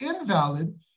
invalid